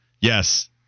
Yes